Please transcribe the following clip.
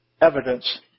evidence